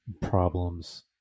problems